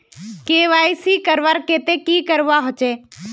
KYC करवार केते की करवा होचए?